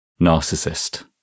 narcissist